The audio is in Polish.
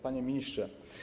Panie Ministrze!